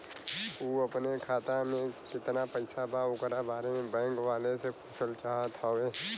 उ अपने खाते में कितना पैसा बा ओकरा बारे में बैंक वालें से पुछल चाहत हवे?